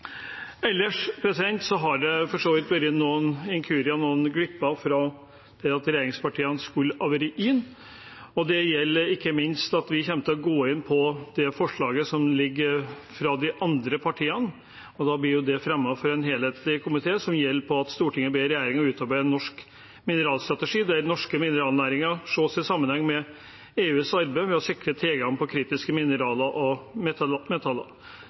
har det for så vidt vært noen inkurier og noen glipper der regjeringspartiene skulle ha vært inne. Det gjelder ikke minst at vi kommer til å gå inn for det forslaget som foreligger fra de andre partiene, og da blir det fremmet av en enstemmig komité. Det gjelder: «Stortinget ber regjeringen utarbeide en norsk mineralstrategi, der den norske mineralnæringen ses i sammenheng med EUs arbeid med å sikre tilgang på kritiske mineraler og